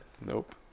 Nope